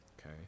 Okay